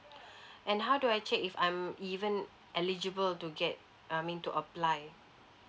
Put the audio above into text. and how do I check if I'm even eligible to get I mean to apply